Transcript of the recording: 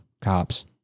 cops